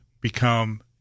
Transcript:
become